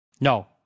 No